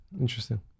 Interesting